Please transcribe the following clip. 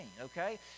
okay